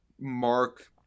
Mark